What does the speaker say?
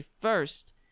first